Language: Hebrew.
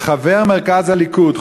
חבר מרכז הליכוד,